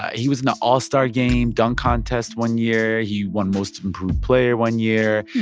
he was in the all-star game, dunk contest one year. he won most improved player one year.